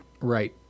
Right